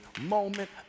moment